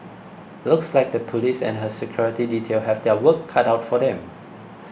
looks like the police and her security detail have their work cut out for them